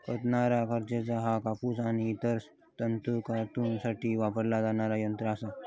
कातणारा खेचर ह्या कापूस आणि इतर तंतू कातूसाठी वापरला जाणारा यंत्र असा